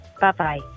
Bye-bye